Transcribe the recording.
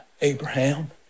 Abraham